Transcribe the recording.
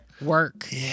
Work